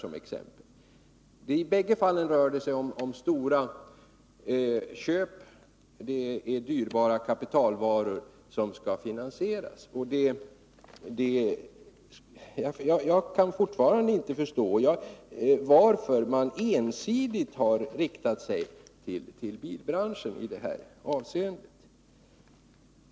I alla dessa fall rör det sig om stora köp — det är dyrbara kapitalvaror som skall finansieras. Jag kan fortfarande inte förstå varför man ensidigt har riktat sig till bilbranschen i det här avseendet.